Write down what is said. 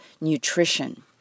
nutrition